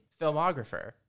filmographer